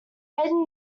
maiden